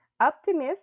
optimist